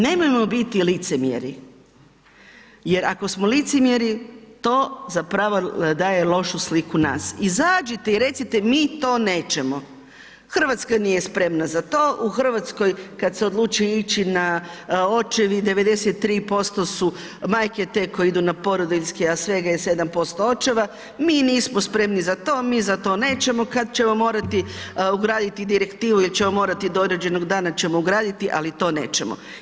Nemojmo biti licemjeri, jer ako smo licemjeri to zapravo daje lošu sliku nas, izađite i recite mi to nećemo, Hrvatska nije spremna za to, u Hrvatskoj kad se odluči ići na očevid 93% su majke te koje idu na porodiljski, a svega je 75 očeva, mi nismo spremni za to, mi za to nećemo, kad ćemo morati ugraditi direktivu jer ćemo morati do određenog dana ćemo ugraditi, ali to nećemo.